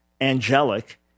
angelic